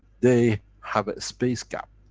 they have a space gap.